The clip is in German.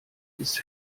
ist